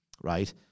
right